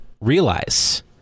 realize